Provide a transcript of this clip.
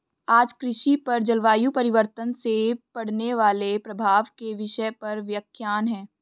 आज कृषि पर जलवायु परिवर्तन से पड़ने वाले प्रभाव के विषय पर व्याख्यान है